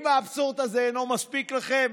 ואם האבסורד הזה אינו מספיק לכם,